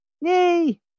Yay